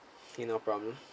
okay no problem